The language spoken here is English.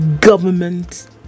government